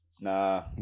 Nah